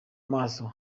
maso